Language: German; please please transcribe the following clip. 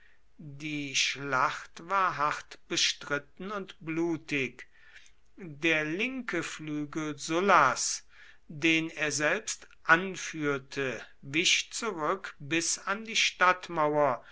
die schlacht war hart bestritten und blutig der linke flügel sullas den er selbst anführte wich zurück bis an die stadtmauer